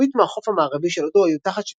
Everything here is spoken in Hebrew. מרבית מהחוף המערבי של הודו היו תחת